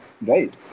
right